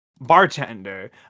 bartender